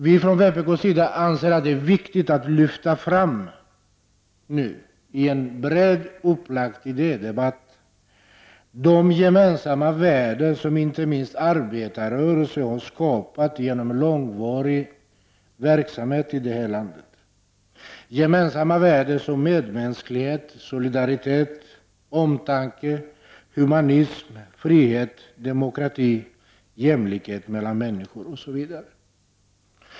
Vi från vpk:s sida anser att det är viktigt att i en brett upplagd idédebatt nu lyfta fram de gemensamma värden som inte minst arbetarrörelsen har skapat genom långvarig verksamhet i detta land, gemensamma värden som medmänsklighet, solidaritet, omtanke, humanism, frihet, demokrati, jämlikhet mellan människor, osv.